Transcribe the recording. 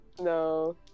no